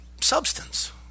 substance